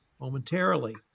momentarily